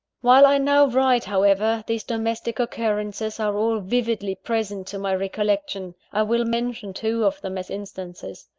while i now write, however, these domestic occurrences are all vividly present to my recollection. i will mention two of them as instances.